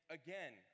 again